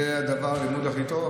זה הלימוד הכי טוב.